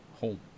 home